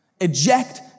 Eject